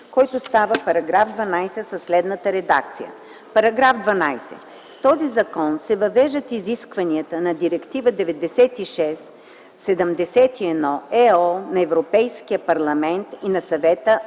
който става § 12, със следната редакция: „§ 12. С този закон се въвеждат изискванията на Директива 96/71/ЕО на Европейския парламент и на Съвета